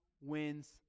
wins